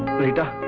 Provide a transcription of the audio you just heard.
rita.